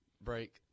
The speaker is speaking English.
Break